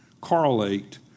correlate